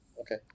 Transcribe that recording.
Okay